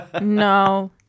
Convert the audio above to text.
No